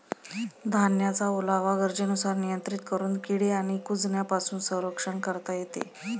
धान्याचा ओलावा गरजेनुसार नियंत्रित करून किडे आणि कुजण्यापासून संरक्षण करता येते